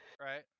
right